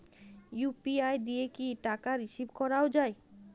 UPI দিয়ে কি টাকা রিসিভ করাও য়ায়?